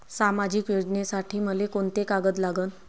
सामाजिक योजनेसाठी मले कोंते कागद लागन?